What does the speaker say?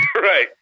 Right